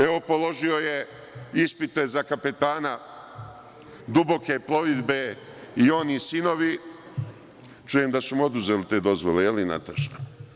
Evo, položio je ispit za kapetana duboke plovidbe i on i sinovi, čujem da su mu oduzeli te dozvole, je li Nataša?